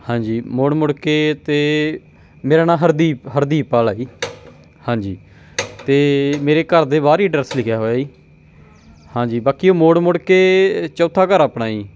ਹਾਂਜੀ ਮੋੜ ਮੁੜ ਕੇ ਅਤੇ ਮੇਰਾ ਨਾਮ ਹਰਦੀਪ ਹਰਦੀਪ ਪਾਲ ਆ ਜੀ ਹਾਂਜੀ ਅਤੇ ਮੇਰੇ ਘਰ ਦੇ ਬਾਹਰ ਹੀ ਅਡਰੈਸ ਲਿਖਿਆ ਹੋਇਆ ਜੀ ਹਾਂਜੀ ਬਾਕੀ ਮੋੜ ਮੁੜ ਕੇ ਚੌਥਾ ਘਰ ਆਪਣਾ ਜੀ